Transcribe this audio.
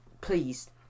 Please